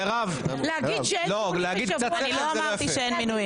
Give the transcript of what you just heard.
אני לא אמרתי שאין מינויים.